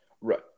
Right